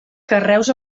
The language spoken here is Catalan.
carreus